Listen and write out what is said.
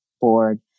board